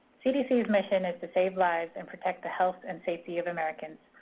cdc's mission is to save lives, and protect the health and safety of americans.